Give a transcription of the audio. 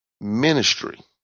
ministry